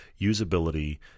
usability